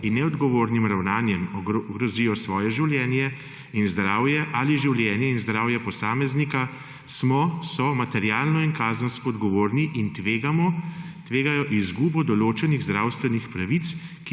in neodgovornim ravnanjem ogrozijo svoje življenje in zdravje ali življenje in zdravje posameznika, smo, so materialno in kazensko odgovorni in tvegamo, tvegajo izgubo določenih zdravstvenih pravic,